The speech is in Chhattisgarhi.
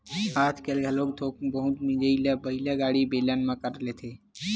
आजकाल घलोक थोक बहुत मिजई ल बइला गाड़ी, बेलन म कर लेथे